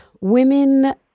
women